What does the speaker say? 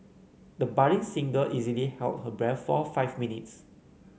the budding singer easily held her breath for five minutes